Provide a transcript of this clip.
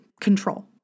control